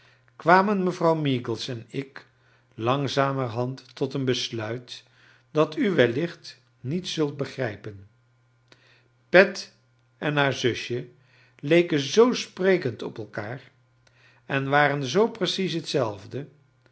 kwamen mevrouw meagles en ik langzamerhand tot een besluit dat u wellicht niet zult begrijpen pet en haar zusje leken zoo sprekend op elkaar en waren zoo precies hetzelfde